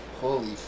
Holy